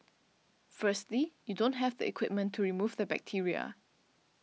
firstly you don't have the equipment to remove the bacteria